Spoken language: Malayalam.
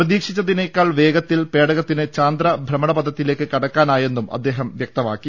പ്രതീക്ഷിച്ചതിനേക്കാൾ വേഗത്തിൽ പ്പേട്ടകത്തിന് ചന്ദ്രഭ്രമണപഥത്തിലേക്ക് കടക്കാനായെന്നും അദ്ദേഹം വ്യക്തമാക്കി